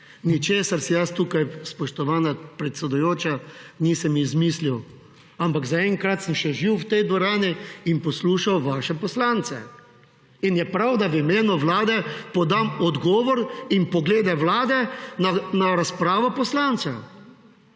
Ničesar si tukaj, spoštovana predsedujoča, nisem izmislil. Ampak zaenkrat sem še živ v tej dvorani in sem poslušal vaše poslance, zato je prav, da v imenu Vlade podam odgovor in poglede Vlade na razpravo poslancev.